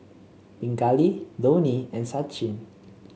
Pingali Dhoni and Sachin